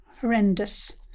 horrendous